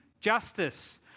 justice